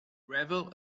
revel